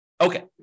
Okay